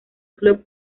club